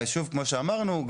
כמו שאמרנו,